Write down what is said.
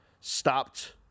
stopped